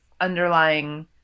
underlying